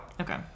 Okay